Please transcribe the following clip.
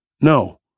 No